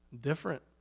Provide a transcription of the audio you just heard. Different